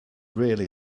really